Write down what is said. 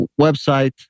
website